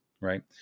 right